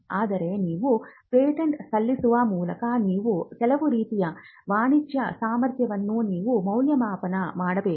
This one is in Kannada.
ಆದರೆ ನೀವು ಪೇಟೆಂಟ್ ಸಲ್ಲಿಸುವ ಮೊದಲು ನೀವು ಕೆಲವು ರೀತಿಯ ವಾಣಿಜ್ಯ ಸಾಮರ್ಥ್ಯವನ್ನು ನೀವು ಮೌಲ್ಯಮಾಪನ ಮಾಡಬೇಕು